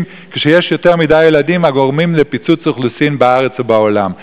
כשיש יותר מדי ילדים הגורמים לפיצוץ אוכלוסין בארץ ובעולם?